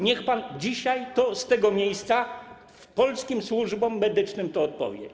Niech pan dzisiaj z tego miejsca polskim służbom medycznym to powie.